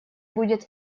будет